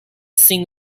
sing